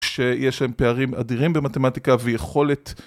כשיש להם פערים אדירים במתמטיקה ויכולת...